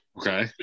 Okay